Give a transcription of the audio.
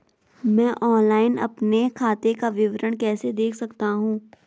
मैं ऑनलाइन अपने खाते का विवरण कैसे देख सकता हूँ?